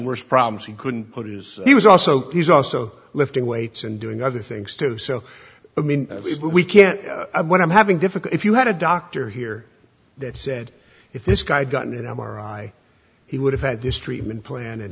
worst problems he couldn't put it is he was also he's also lifting weights and doing other things too so i mean we can't i'm what i'm having difficult if you had a doctor here that said if this guy had gotten an m r i he would have had this treatment plan and